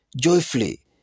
joyfully